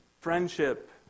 friendship